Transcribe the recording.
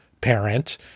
parent